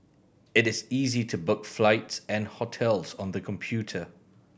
it is easy to book flights and hotels on the computer